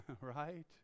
right